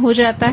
हो जाता है